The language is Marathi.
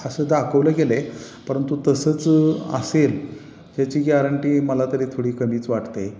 असं दाखवलं गेलं आहे परंतु तसंच असेल याची गॅरंटी मला तरी थोडी कमीच वाटते